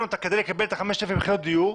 אותה כדי לקבל את ה-5,000 יחידות דיור.